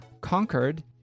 Conquered